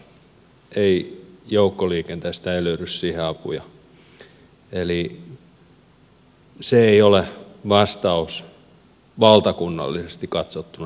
joukkoliikenteestä ei löydy siihen apuja eli se ei ole vastaus valtakunnallisesti katsottuna joka asiaan